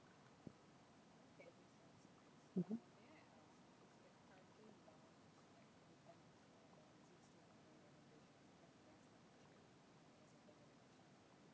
mmhmm